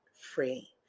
free